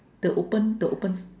the open the open